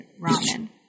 ramen